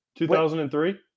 2003